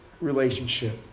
relationship